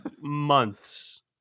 months